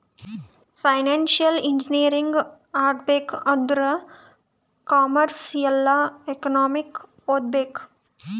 financial engineering ಆಗ್ಬೇಕ್ ಆಂದುರ್ commerce ಇಲ್ಲಾ ಎಕನಾಮಿಕ್ ಓದ್ಬೇಕ್